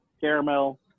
caramel